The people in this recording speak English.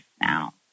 now